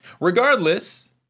Regardless